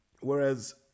Whereas